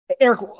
Eric